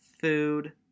food